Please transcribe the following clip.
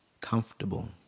comfortable